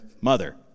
mother